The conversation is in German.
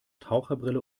taucherbrille